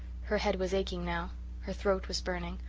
her head was aching now her throat was burning.